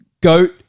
Goat